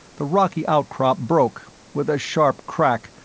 the rocky outcrop broke, with a sharp crack,